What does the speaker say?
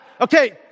Okay